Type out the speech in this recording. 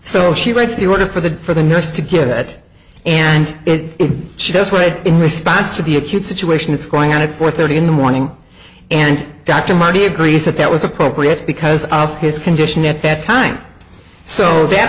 so she waits the order for the for the nurse to get it and it shows wait in response to the acute situation that's going on at four thirty in the morning and dr marty agrees that that was appropriate because of his condition at that time so that